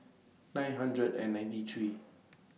nine hundred and ninety three